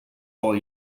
all